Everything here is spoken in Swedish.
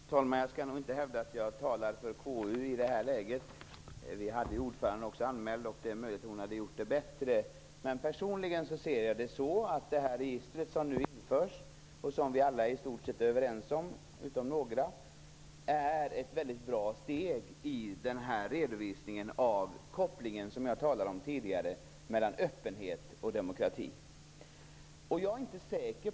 Fru talman! Jag skall inte hävda att jag talar för KU i det här läget. Ordföranden var också anmäld till debatten. Det är möjligt att hon hade gjort det bättre. Jag tycker att det register som nu införs och som vi alla i stort sett är överens om - utom några - är ett väldigt bra steg när det gäller redovisningen av kopplingar, som jag talade om tidigare. Det handlar om öppenhet och demokrati. Barbro Westerholm!